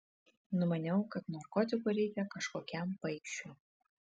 numaniau kad narkotikų reikia kažkokiam paikšiui